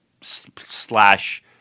slash